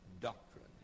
doctrine